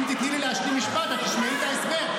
אם תיתני לי להשלים משפט, את תשמעי את ההסבר.